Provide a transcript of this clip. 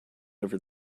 over